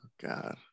God